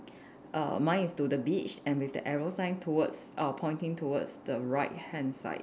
err mine is to the beach and with the arrow sign towards err pointing towards the right hand side